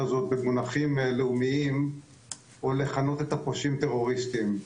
הזאת במונחים לאומיים או לכנות את הפושעים טרוריסטים,